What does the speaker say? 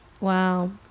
Wow